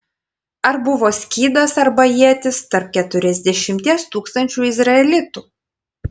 ar buvo skydas arba ietis tarp keturiasdešimties tūkstančių izraelitų